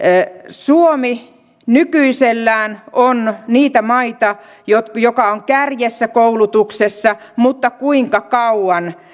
suomi nykyisellään on niitä maita jotka ovat kärjessä koulutuksessa mutta kuinka kauan